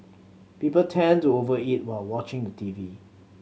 people tend to over eat while watching the T V